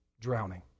drowning